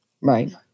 Right